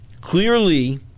clearly